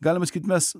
galima sakyt mes